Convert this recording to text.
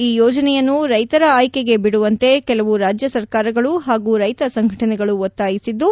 ಈ ಯೋಜನೆಯನ್ನು ರೈತರ ಆಯ್ಕೆಗೆ ಬಿಡುವಂತೆ ಕೆಲವು ರಾಜ್ಯ ಸರ್ಕಾರಗಳು ಹಾಗೂ ರೈತ ಸಂಘಟನೆಗಳು ಒತ್ತಾಯಿಸಿದ್ದು